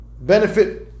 benefit